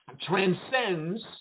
transcends